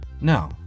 No